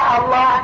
Allah